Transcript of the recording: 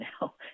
now